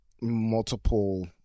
multiple